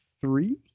three